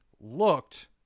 looked